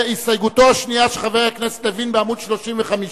היא הסתייגותו השנייה של חבר הכנסת לוין בעמוד 35,